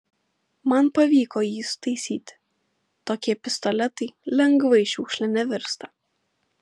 man pavyko jį sutaisyti tokie pistoletai lengvai šiukšle nevirsta